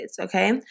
okay